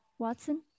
Watson